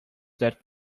that